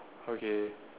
okay